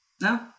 No